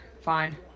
fine